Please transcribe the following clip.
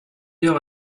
heure